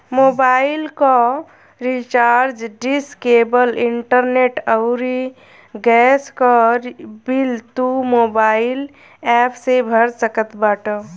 mobile कअ recharge, dish, cable, internet अउरी gas कअ बिल तू मोबाइल एप्प से भर सकत बाटअ